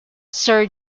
sir